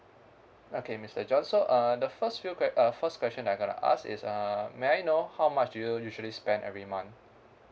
okay mister john so uh the first few que~ uh first question I gonna ask is uh may I know how much do you usually spend every month